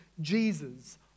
Jesus